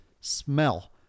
smell